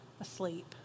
asleep